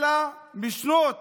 אלא שמשנות